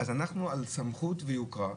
אז אנחנו על סמכות ויוקרה,